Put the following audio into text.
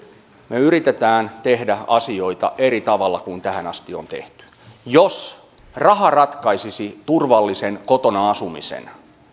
me yritämme tehdä asioita eri tavalla kuin tähän asti on tehty jos raha ratkaisisi turvallisen kotona asumisen